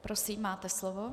Prosím, máte slovo.